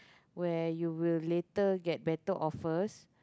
where you will later get better offers